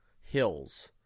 Hills